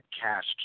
cast